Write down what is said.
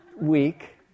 week